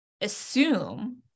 assume